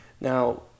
Now